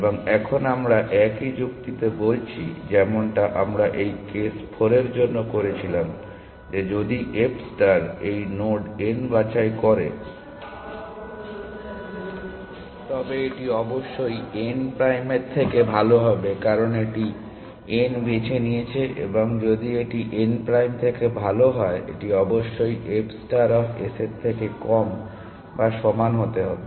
এবং এখন আমরা একই যুক্তিতে বলছি যেমনটা আমরা এই কেস 4 এর জন্য করেছিলাম যে যদি f ষ্টার এই নোড n বাছাই করে তবে এটি অবশ্যই n প্রাইমের থেকে ভাল হবে কারণ এটি n বেছে নিয়েছে এবং যদি এটি n প্রাইম থেকে ভাল হয় এটি অবশ্যই f ষ্টার অফ s এর থেকে কম বা সমান হতে হবে